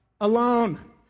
alone